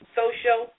social